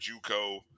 JUCO